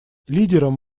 лидером